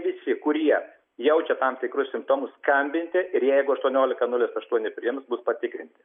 visi kurie jaučia tam tikrus simptomus skambinti ir jeigu aštuoniolika nulis aštuoni priims bus patikrinti